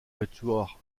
quatuor